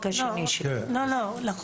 אני עורכת הדין אפרת פרקש מהמשרד לביטחון הפנים.